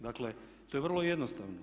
Dakle, to je vrlo jednostavno.